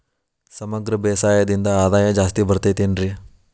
ಸಮಗ್ರ ಬೇಸಾಯದಿಂದ ಆದಾಯ ಜಾಸ್ತಿ ಬರತೈತೇನ್ರಿ?